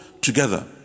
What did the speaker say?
together